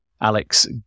Alex